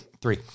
Three